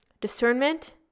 discernment